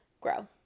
grow